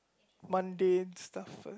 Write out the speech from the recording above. Monday stuff first